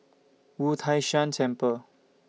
Wu Tai Shan Temple